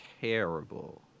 terrible